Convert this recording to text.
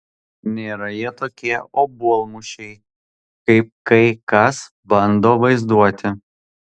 nėra jie tokie obuolmušiai kaip kai kas bando vaizduoti